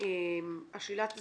שלילת הזכאות.